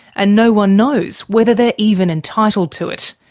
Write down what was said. and no one knows whether they're even entitled to it.